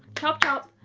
chopped up.